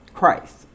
Christ